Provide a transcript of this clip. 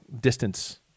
distance